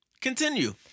Continue